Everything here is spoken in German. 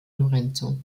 lorenzo